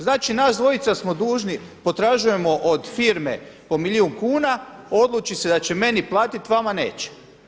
Znači nas dvojica smo dužni, potražujemo od firme po milijun kuna, odluči se da će meni platiti vama neće.